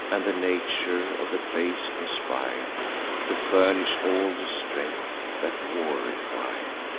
and the nature of the place, conspir'd to furnish all the strength that war requir'd.